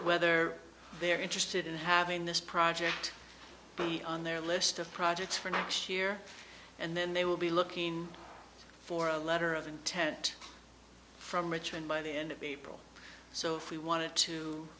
whether they are interested in having this project be on their list of projects for next year and then they will be looking for a letter of intent from richmond by the end of april so if we wanted to